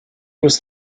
was